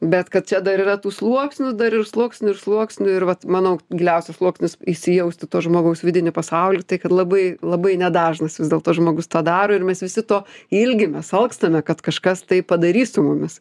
bet kad čia dar yra tų sluoksnių dar ir sluoksnių ir sluoksnių ir vat manau giliausias sluoksnis įsijaust į to žmogaus vidinį pasaulį tai kad labai labai nedažnas vis dėlto žmogus tą daro ir mes visi to ilgimės alkstame kad kažkas tai padarys su mumis